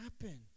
happen